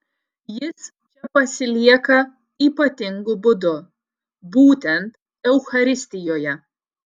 jis čia pasilieka ypatingu būdu būtent eucharistijoje